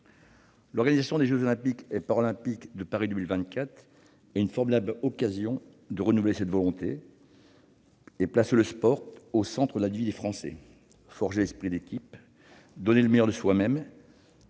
L'organisation des jeux Olympiques et Paralympiques de Paris 2024 est une formidable occasion de renouveler cette volonté, et de placer le sport au centre de la vie des Français. Forger l'esprit d'équipe, donner le meilleur de soi-même,